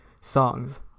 songs